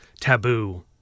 taboo